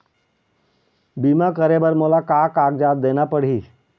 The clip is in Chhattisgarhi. बीमा करे बर मोला का कागजात देना पड़ही?